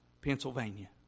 Pennsylvania